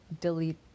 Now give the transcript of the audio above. delete